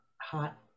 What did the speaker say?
hot